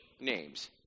names